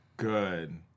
Good